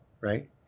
Right